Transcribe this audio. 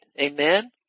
Amen